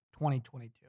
2022